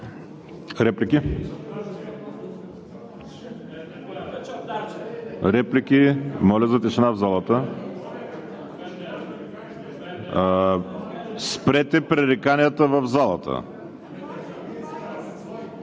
СИМЕОНОВ: Реплики? Моля за тишина в залата. Спрете пререканията в залата!